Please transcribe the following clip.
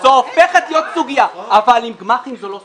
-- זו הופכת להיות סוגיה אבל עם גמ"חים זו לא סוגיה.